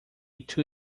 two